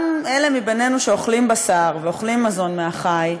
גם אלה מבינינו שאוכלים בשר ואוכלים מזון מהחי,